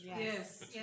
yes